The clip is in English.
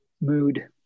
mood